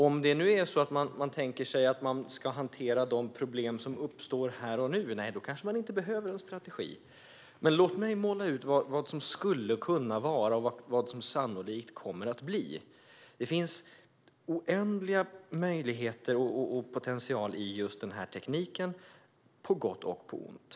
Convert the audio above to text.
Om man tänker sig att man ska hantera de problem som uppstår här och nu kanske man inte behöver en strategi. Men låt mig måla upp hur det skulle kunna vara och hur det sannolikt kommer att bli. Det finns oändliga möjligheter och oändlig potential i den här tekniken på gott och på ont.